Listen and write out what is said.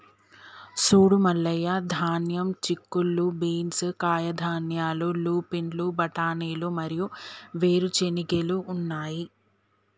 సూడు మల్లయ్య ధాన్యం, చిక్కుళ్ళు బీన్స్, కాయధాన్యాలు, లూపిన్లు, బఠానీలు మరియు వేరు చెనిగెలు ఉన్నాయి